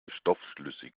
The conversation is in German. stoffschlüssig